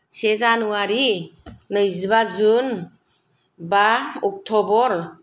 से जानुवारि नैजिबा जुन बा अक्टबर